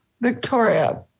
Victoria